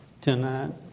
tonight